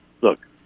look